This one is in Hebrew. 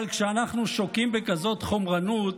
אבל כשאנחנו שוקעים בכזאת חומרנות,